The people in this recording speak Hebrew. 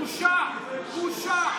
בושה, בושה.